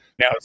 Now